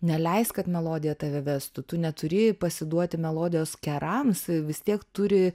neleisk kad melodija tave vestų tu neturi pasiduoti melodijos kerams vis tiek turi